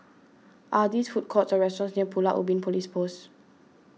are these food courts or restaurants near Pulau Ubin Police Post